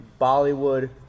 Bollywood